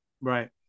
Right